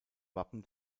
wappen